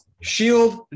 shield